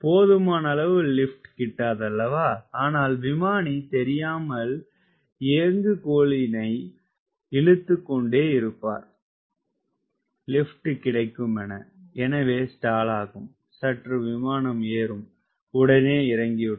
போதுமானளவு lift கிட்டாது அல்லவா ஆனால் விமானி தெரியாமல் இயங்குகோலினை இழுத்துக்கொண்டேயிருப்பார் லிப்ட் கிடைக்குமென எனவே ஸ்டாலாகும் சற்று விமானம் ஏறும் உடனே இறங்கிவிடும்